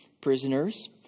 prisoners